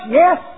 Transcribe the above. yes